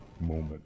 moment